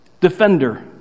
defender